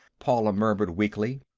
paula murmured weakly.